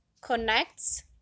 connects